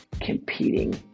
competing